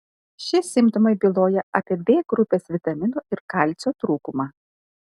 šie simptomai byloja apie b grupės vitaminų ir kalcio trūkumą